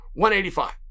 185